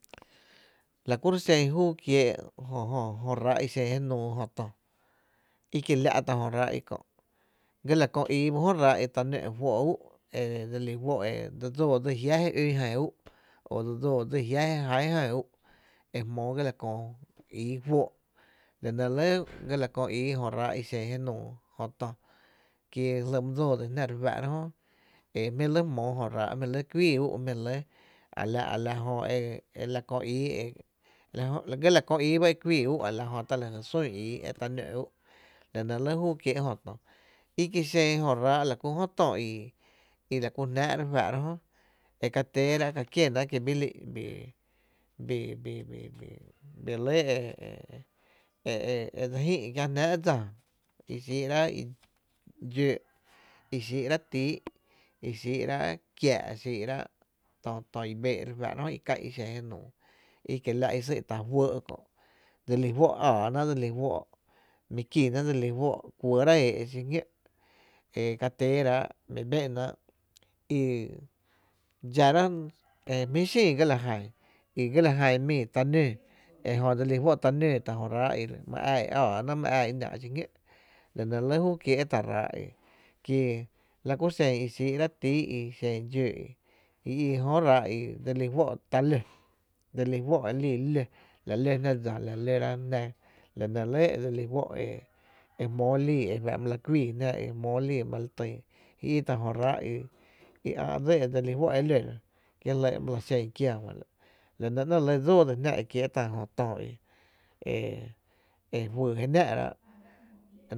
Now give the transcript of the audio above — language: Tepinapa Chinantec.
La kuro’ xen júú kiee’ jö ráá’ i xen jenuu jö tö, i kiela’ tá’ jöráá’ i kö, gala kö ii tá’ jö ráá’ i ta nó’ juóó’ ú’ e dse lí juó’ e dse dsóó dsi jiá’ je ún jan ú’o dse dsóo sdsi jia’ je ján jan ú’, e jmoo ga la köö ii juo’ la nɇ re lɇ ga la köö ii t’a jö ráá i xen jenuu, ki my dsoo dsí jná e jmí’ re lɇ jmoo Jö ráá’ e jmi’ re lɇ kuii ú’, a la kö ii, gá la köö ii ba e kuíí ‘u’ a la ta la jy sun ii e ta nóó’ ú’ la nɇ re lɇ júú kiee’ tá’ jö tö, i kie’ xen jö raá’ i la ku jö to, i la ku jnáá re fá’ra jö e ka tééná’ ka kiena’ ki bii lí’n bii bi lún e e e e e dse jïï’ kiä’ jnaá´’ dsa i xiira’ dxóó’, i xii’ra’ tíí’ i xii’raáá’ kiaa’ xin, i xii’raá´’ tö i béé’ i dse ká’n je nuu i kiela’ i sý’tá’ juɇɇ’ kö’ dse lí juó’ áánáá’ mi kíná’ dseli juó’ kuɇɇrá’ e éé’ xiñó’ e ka téérá’ mi bé’naá’, i dxará’ e jmí’ xin ga la jan, i mi ta nóó ejö dselí juó’ ta nöö tá’ jö ráá’ i my ää í’ náá’ xiñó’ la nɇ jú´pu kiee’ tá’ ráá’ i kie la ku xen i xii’raá´’ tíí’ i xin dxóó’ i i i jö ráá’ i dse li juo’ ta ló, la re lɇ jmⱥⱥ jná dsa la nɇ re lɇ dse lí fó’ e ló e jmoo lii e fá’ my lɇ kuii jná e jmóó lii e my la tyn i i tá’ jö ráá’ i ä’ dse lí fó’ e ló ga, ki jli’ my la xen kiää juá’n la’, la nɇ ‘néé’ dsóo dsín e kiee’ tá’ jö tö i juyy jé náá’ráá’.